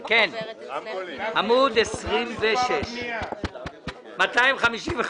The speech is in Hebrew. כל המסגרות עושים התאמה של התקציב לביצוע.